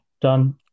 done